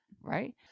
right